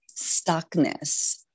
stuckness